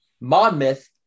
Monmouth